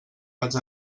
vaig